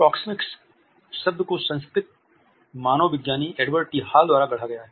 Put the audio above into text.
proxemics शब्द को सांस्कृतिक मानव विज्ञानी एडवर्ड टी हॉल द्वारा गढ़ा गया है